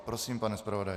Prosím, pane zpravodaji.